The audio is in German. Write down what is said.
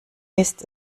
mist